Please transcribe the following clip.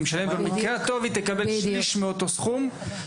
במקרה הטוב היא תקבל שליש מאותו סכום.